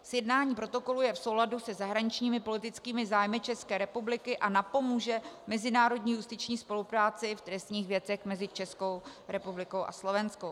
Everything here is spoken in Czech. Sjednání protokolu je v souladu se zahraničněpolitickými zájmy České republiky a napomůže mezinárodní justiční spolupráci v trestních věcech mezi Českou republikou a Slovenskou republikou.